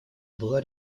была